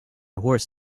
horse